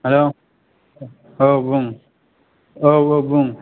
hello औ बुं औ औ बुं